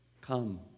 Come